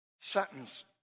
sentence